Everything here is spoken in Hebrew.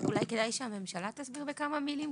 אולי כדאי שהממשלה תסביר בכמה מילים.